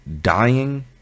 dying